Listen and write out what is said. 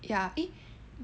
ya eh